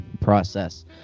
process